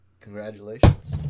Congratulations